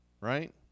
right